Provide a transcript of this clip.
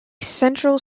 central